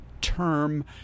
term